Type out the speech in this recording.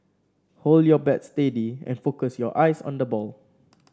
hold your bat steady and focus your eyes on the ball